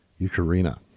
Eucharina